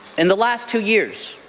in the last two years,